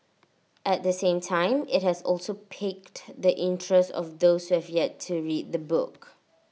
at the same time IT has also piqued the interest of those who have yet to read the book